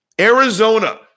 Arizona